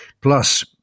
Plus